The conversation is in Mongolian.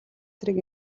зэрэг